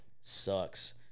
sucks